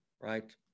right